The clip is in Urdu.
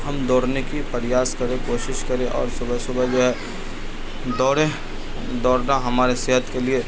ہم دوڑنے کی پریاس کرے کوشش کرے اور صبح صبح جو ہے دوڑیں دوڑنا ہمارے صحت کے لیے